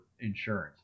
insurance